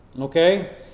Okay